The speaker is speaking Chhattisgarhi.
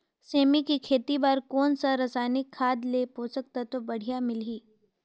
सेमी के खेती बार कोन सा रसायनिक खाद ले पोषक तत्व बढ़िया मिलही?